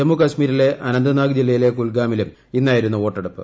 ജമ്മുകാശ്മീരിലെ അനന്ത്നാഗ് ജില്ലയിലെ കുൽഗാമിലും ഇന്നായിരുന്നു വോട്ടെടുപ്പ്